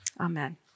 Amen